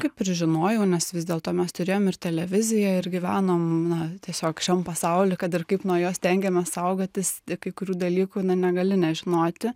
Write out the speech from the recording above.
kaip ir žinojau nes vis dėlto mes turėjom ir televiziją ir gyvenom na tiesiog šiam pasauly kad ir kaip nuo jo stengėmės saugotis kai kurių dalykų na negali nežinoti